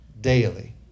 daily